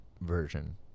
version